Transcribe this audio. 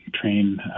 train